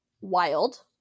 wild